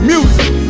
Music